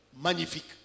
Magnifique